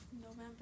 November